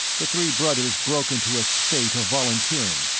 the three brothers broke into a spate of volunteering,